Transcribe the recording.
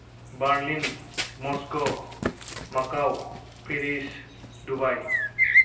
Berlin Moscow Macao Paris Dubai